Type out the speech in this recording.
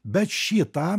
bet šį tą